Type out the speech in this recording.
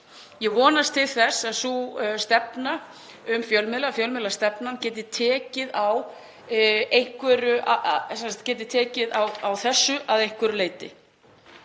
Ég vonast til þess að fjölmiðlastefnan geti tekið á þessu að einhverju leyti.